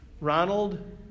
Ronald